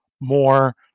more